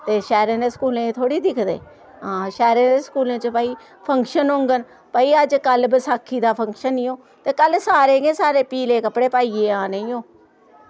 ते शैह्रें दे स्कूलें च थोह्ड़ी दिखदे हां शैह्रें दे स्कूलें च भाई फंक्शन होङन भाई अज्ज कल्ल बसाखी दा फंक्शन ऐ ते कल्ल सारें गै सारें पीले कपड़े पाइयै औने ई ओ